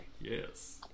Yes